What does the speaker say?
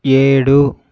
ఏడు